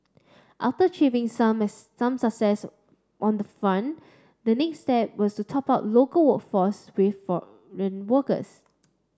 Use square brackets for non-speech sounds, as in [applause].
after achieving some as some success on that front the next step was to top up local workforce with [unintelligible] workers